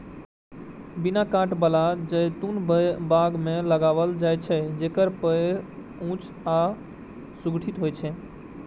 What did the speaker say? बिना कांट बला जैतून बाग मे लगाओल जाइ छै, जेकर पेड़ ऊंच आ सुगठित होइ छै